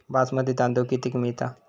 बासमती तांदूळ कितीक मिळता?